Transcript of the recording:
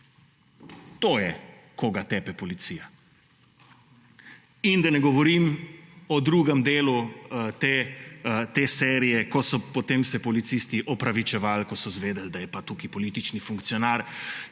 To je, koga tepe policija. In da ne govorim o drugem delu te serije, ko so potem se policisti opravičevali, ko so izvedeli, da pa je tukaj politični funkcionar